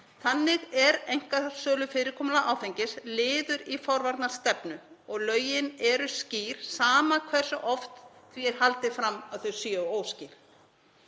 Þannig er einkasölufyrirkomulag áfengis liður í forvarnastefnu og lögin eru skýr, sama hversu oft því er haldið fram að þau séu óskýr.